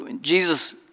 Jesus